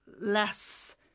less